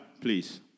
please